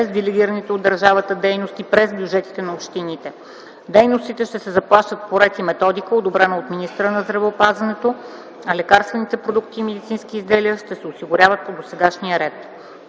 делегираните от държавата дейности през бюджетите на общините. Дейностите ще се заплащат по ред и методика, одобрени от министъра на здравеопазването, а лекарствените продукти и медицинските изделия ще се осигуряват по досегашния ред.